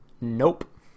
Nope